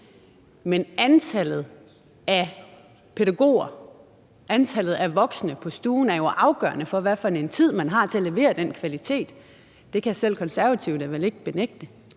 men antallet af pædagoger og antallet af voksne på stuen er afgørende for, hvilken tid man har til at levere den kvalitet. Det kan vel selv ikke Konservative benægte.